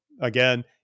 again